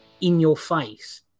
in-your-face